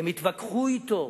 הם התווכחו אתו.